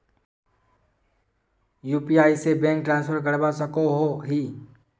UPI से bank transfer करवा सकोहो ही?